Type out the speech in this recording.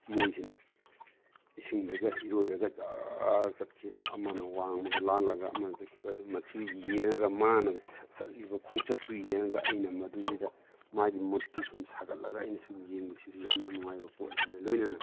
ꯃꯣꯏꯁꯤꯅ ꯏꯁꯤꯡꯗꯒ ꯏꯔꯣꯏꯔꯒ ꯖꯔ ꯆꯠꯈꯤꯕ ꯑꯃꯅ ꯋꯥꯡꯃꯗ ꯂꯥꯜꯂꯒ ꯑꯃꯅ ꯆꯠꯈꯤꯕꯗꯨ ꯃꯁꯤ ꯌꯦꯡꯉꯒ ꯃꯥꯅ ꯆꯠꯂꯤꯕ ꯈꯣꯡꯆꯠꯇꯨ ꯌꯦꯡꯉꯒ ꯑꯩꯅ ꯃꯗꯨꯗꯩꯗ ꯃꯥꯒꯤ ꯃꯨꯠꯇꯨ ꯁꯨꯝ ꯁꯥꯒꯠꯂꯒ ꯑꯩꯅ ꯁꯨꯝ ꯌꯦꯡꯕꯁꯤꯁꯨ ꯌꯥꯝꯅ ꯅꯨꯡꯉꯥꯏꯕ ꯄꯣꯠ ꯑꯃꯅꯤ ꯂꯣꯏꯅꯅ